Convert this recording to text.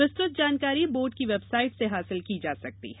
विस्तृत जानकारी बोर्ड की वेबसाइट से हासिल की जा सकती है